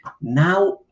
Now